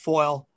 Foil